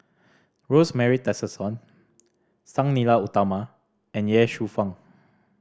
Rosemary Tessensohn Sang Nila Utama and Ye Shufang